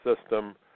system